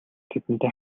тэдэнтэй